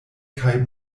kaj